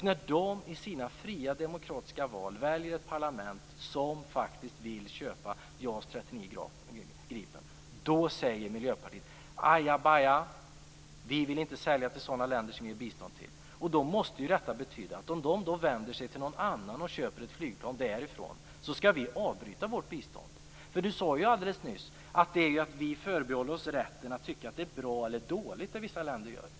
När de i sina fria, demokratiska val väljer ett parlament som faktiskt vill köpa JAS 39 Gripen säger Miljöpartiet: "Ajabaja! Vi vill inte sälja till länder som vi ger bistånd till." Då måste det betyda att om Sydafrika vänder sig till något annat land för att köpa flygplan därifrån, skall vi avbryta vårt bistånd. Lars Ångström sade alldeles nyss att Sverige förbehåller sig rätten att tycka att vad vissa länder gör är bra eller dåligt.